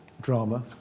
drama